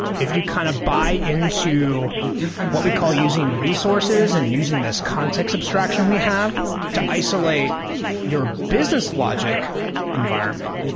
if you kind of buy into what we call using resources and using this context abstraction we have to isolate your business logic environment,